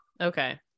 okay